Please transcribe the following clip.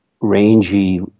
rangy